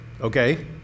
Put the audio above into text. okay